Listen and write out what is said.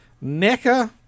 necker